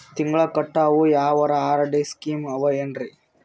ತಿಂಗಳ ಕಟ್ಟವು ಯಾವರ ಆರ್.ಡಿ ಸ್ಕೀಮ ಆವ ಏನ್ರಿ?